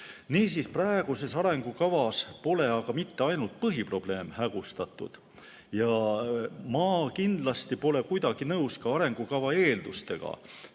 Niisiis, praeguses arengukavas pole mitte ainult põhiprobleem hägustatud, vaid ma kindlasti pole kuidagi nõus ka arengukava eeldustega.